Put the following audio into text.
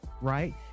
right